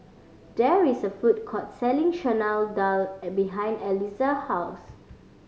there is a food court selling Chana Dal behind Eliza house